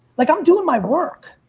like i'm doing my work.